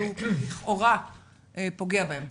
שהוא לכאורה פוגע בהם?